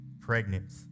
pregnant